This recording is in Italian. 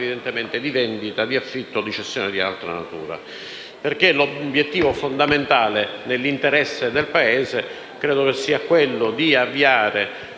forma di vendita, di affitto o di cessione di altra natura. L'obiettivo fondamentale nell'interesse del Paese credo sia quello di avviare